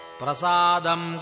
prasadam